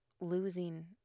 losing